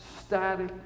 static